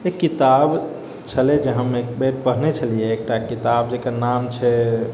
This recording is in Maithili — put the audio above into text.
एक किताब छलै जे हम एक बेर पढ़ने छलियै एकटा किताब जेकर नाम छै